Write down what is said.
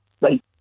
right